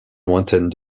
lointaine